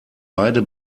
beide